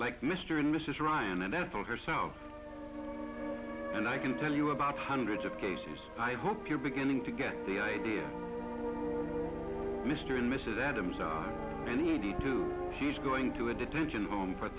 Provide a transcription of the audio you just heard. like mr and mrs ryan and ethel herself and i can tell you about hundreds of cases i hope you're beginning to get the idea mr and mrs adams are any eighty two she's going to a detention home for